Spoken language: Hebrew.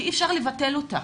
כי אי אפשר לבטל אותה.